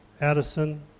Addison